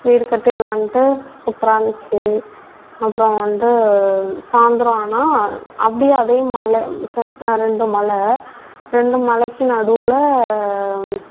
வீடு கட்டி விளாண்ட்டு சூப்பராக இருந்துச்சு அப்புறம் வந்து சாய்ந்திரம் ஆனால் அப்படியே அதே மலை சென்ட்ராக ரெண்டு மலை ரெண்டு மலைக்கு நடுவில்